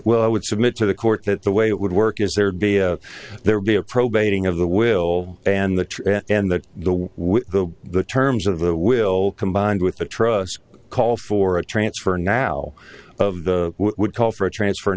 well i would submit to the court that the way it would work is there'd be a there be a probating of the will and the and that the way the terms of the will combined with the trust call for a transfer now would call for a transfer